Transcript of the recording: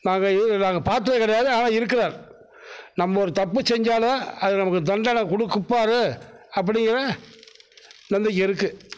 நாங்கள் நாங்கள் பார்த்ததே கிடையாது ஆனால் இருக்கிறார் நம்ம ஒரு தப்பு செஞ்சாலும் அது நமக்கு தண்டனை கொடுக்குப்பாரு அப்படிங்கற நம்பிக்கை இருக்குது